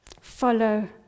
Follow